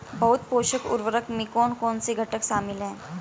बहु पोषक उर्वरक में कौन कौन से घटक शामिल हैं?